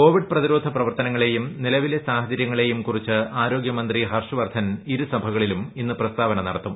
Covid പ്രതിരോധ പ്രവർത്തനങ്ങളെയും നിലവിലെ സാഹചര്യങ്ങളെയും കുറിച്ച് ആരോഗ്യമന്ത്രി ഹർഷ് വർദ്ധൻ ഇരുസഭകളിലും ഇന്ന് പ്രസ്താവന നടത്തും